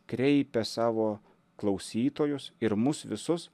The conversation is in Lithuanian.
kreipia savo klausytojus ir mus visus